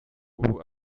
ubu